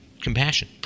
compassion